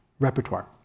Repertoire